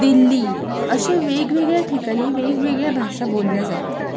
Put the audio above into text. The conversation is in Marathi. दिल्ली अशा वेगवेगळ्या ठिकाणी वेगवेगळ्या भाषा बोलल्या जातात